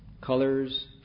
colors